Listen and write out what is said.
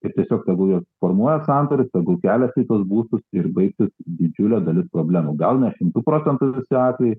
ir tiesiog tegul jie formuoja sandorius tegul keliasi į tuos būstus ir baigsis didžiulė dalis problemų gal ne šimtu procentu visi atvejai